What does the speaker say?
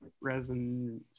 resin